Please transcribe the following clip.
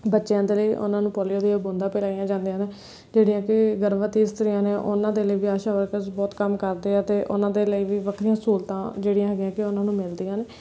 ਬੱਚਿਆਂ ਦੇ ਲਈ ਉਹਨਾਂ ਨੂੰ ਪੋਲੀਓ ਦੀਆਂ ਬੂੰਦਾਂ ਪਿਲਾਈਆਂ ਜਾਂਦੀਆਂ ਨੇ ਜਿਹੜੀਆਂ ਕਿ ਗਰਭਵਤੀ ਇਸਤਰੀਆਂ ਨੇ ਉਹਨਾਂ ਦੇ ਲਈ ਵੀ ਆਸ਼ਾ ਵਰਕਰਸ ਬਹੁਤ ਕੰਮ ਕਰਦੇ ਆ ਅਤੇ ਉਹਨਾਂ ਦੇ ਲਈ ਵੀ ਵੱਖਰੀਆਂ ਸਹੂਲਤਾਂ ਜਿਹੜੀਆਂ ਹੈਗੀਆਂ ਕਿ ਉਹਨਾਂ ਨੂੰ ਮਿਲਦੀਆਂ ਨੇ